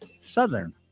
Southern